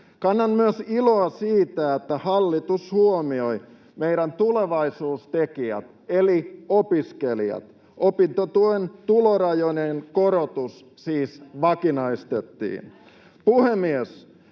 Kannan myös iloa siitä, että hallitus huomioi meidän tulevaisuustekijämme eli opiskelijat. Opintotuen tulorajojen korotus siis vakinaistettiin.